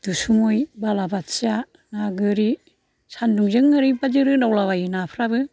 दुसुमै बालाबाथिया ना गोरि सान्दुंजों ओरैबायदि रोनावला बायो नाफ्राबो